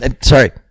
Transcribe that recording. Sorry